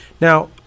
Now